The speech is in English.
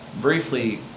briefly